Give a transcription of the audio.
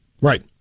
Right